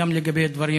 וגם לגבי דברים